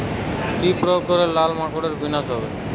কি প্রয়োগ করলে লাল মাকড়ের বিনাশ হবে?